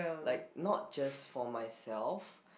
like not just for myself